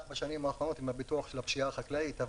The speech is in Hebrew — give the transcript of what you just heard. בשנים האחרונות עם הביטוח של הפשיעה החקלאית.